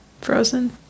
Frozen